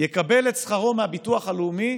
יקבל את שכרו מהביטוח הלאומי,